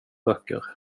böcker